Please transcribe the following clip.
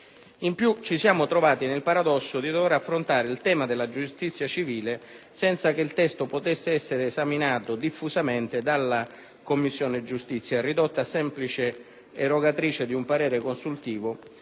In più, ci siamo trovati nel paradosso di dover affrontare il tema della giustizia civile senza che il testo potesse essere esaminato diffusamente dalla Commissione giustizia, ridotta a semplice erogatrice di un parere consultivo